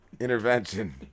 intervention